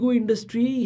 industry